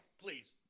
please